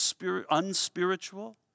unspiritual